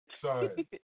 Sorry